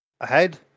ahead